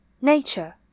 Nature